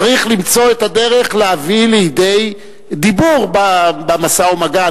צריך למצוא את הדרך להביא לידי דיבור במשא ומגע.